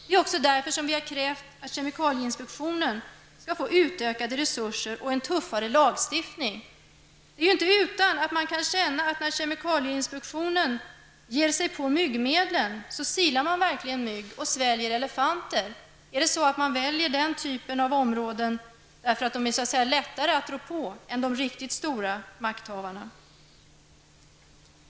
Det är också därför som vi har krävt att kemikalieinspektionen skall få utökade resurser. Dessutom behövs det en tuffare lagstiftning. När man från kemikalieinspektionens sida ger sig på myggmedel är det inte utan att människor känner att man då verkligen silar mygg och sväljer elefanter. Väljer man den typen av områden därför att det är lättare att rå på dessa än det är att rå på de riktigt stora makthavarna?